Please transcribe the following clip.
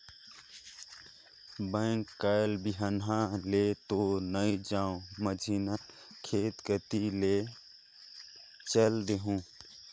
bank कायल बिहन्हा ले तो नइ जाओं, मझिन्हा खेत कति ले चयल देहूँ